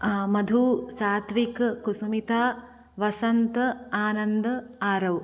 Madhu Satvik Kusumita Vasant Anand Aarav